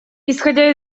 исходя